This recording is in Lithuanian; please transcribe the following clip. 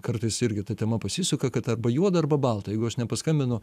kartais irgi ta tema pasisuka kad arba juoda arba balta jeigu aš nepaskambinu